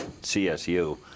CSU